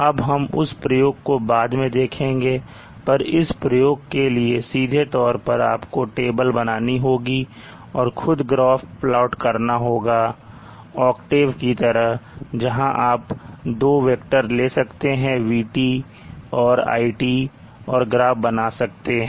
अब हम उस प्रयोग को बाद में देखेंगे पर इस प्रयोग के लिए सीधे तौर पर आपको टेबल बनानी होगी और खुद से ग्राफ प्लाट करना होगा octave की तरह जहां आप दो वेक्टर ले सकते हैं VTऔर iTऔर ग्राफ बना सकते हैं